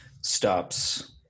stops